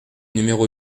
numéro